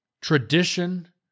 tradition